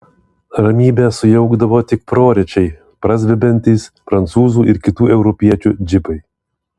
ramybę sujaukdavo tik prorečiai prazvimbiantys prancūzų ir kitų europiečių džipai